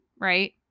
right